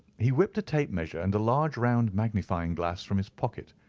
he whipped a tape measure and a large round magnifying glass from his pocket.